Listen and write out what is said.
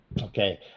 okay